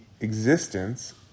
existence